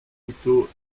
couteaux